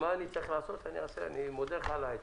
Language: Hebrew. אני מודה לך על העצה.